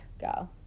Go